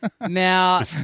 Now